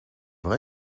vrai